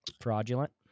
Fraudulent